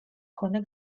ჰქონდა